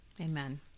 Amen